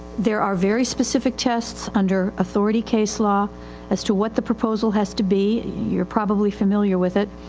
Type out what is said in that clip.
there are very specific tests under authority case law as to what the proposal has to be. youire probably familiar with it.